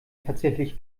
tatsächlich